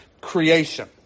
creation